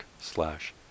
slash